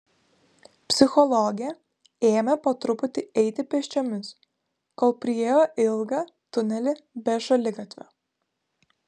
psichologė ėmė po truputį eiti pėsčiomis kol priėjo ilgą tunelį be šaligatvio